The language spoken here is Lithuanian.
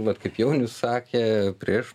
vat kaip jaunius sakė prieš